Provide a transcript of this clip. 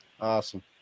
Awesome